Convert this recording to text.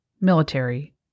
military